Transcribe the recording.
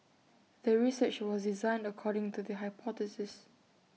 the research was designed according to the hypothesis